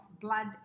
blood